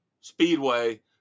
speedway